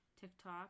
TikTok